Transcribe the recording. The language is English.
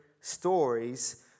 stories